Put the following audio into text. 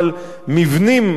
אבל מבנים,